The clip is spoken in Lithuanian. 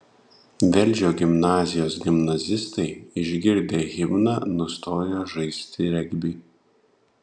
velžio gimnazijos gimnazistai išgirdę himną nustojo žaisti regbį